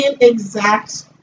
exact